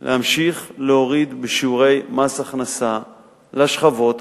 להמשיך ולהוריד בשיעורי מס הכנסה לשכבות המבוססות.